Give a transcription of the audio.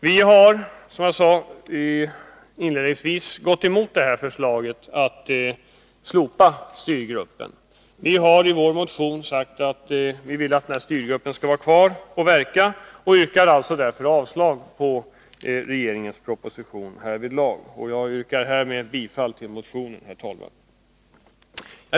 Vi har, som jag sade inledningsvis, gått emot förslaget att slopa styrgruppen. Vi har i vår motion föreslagit att styrgruppen skall få vara kvar och verka. Vi yrkar därför avslag på regeringens proposition härvidlag. Jag yrkar, herr talman, bifall till vår motion.